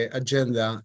agenda